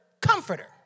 comforter